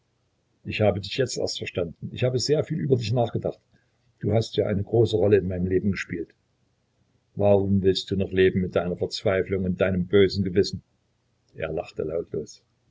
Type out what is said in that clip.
ich habe dich jetzt erst verstanden ich habe sehr viel über dich nachgedacht du hast ja eine große rolle in meinem leben gespielt warum willst du noch leben mit deiner verzweiflung und deinem bösen gewissen er lachte lautlos